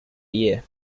year